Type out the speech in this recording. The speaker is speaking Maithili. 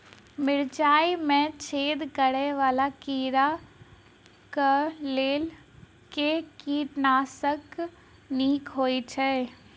मिर्चाय मे छेद करै वला कीड़ा कऽ लेल केँ कीटनाशक नीक होइ छै?